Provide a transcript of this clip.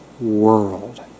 world